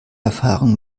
erfahrung